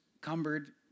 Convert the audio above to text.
cumbered